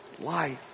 life